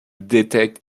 detect